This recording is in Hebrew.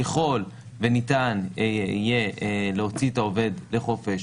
ככל שניתן יהיה להוציא את העובד לחופש